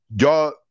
Y'all